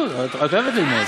את אוהבת ללמוד.